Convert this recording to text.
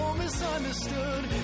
misunderstood